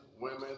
women